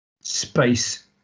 space